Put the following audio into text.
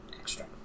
extra